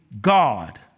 God